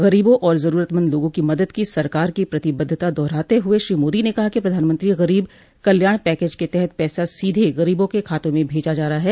गरीबों और जरूरतमंद लोगों की मदद की सरकार की प्रतिबद्धता दोहराते हुए श्री मोदी ने कहा कि प्रधानमंत्री गरीब कल्यांण पैकेज के तहत पैसा सीधे गरीबों के खातों में भेजा जा रहा है